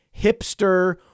hipster